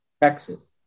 Texas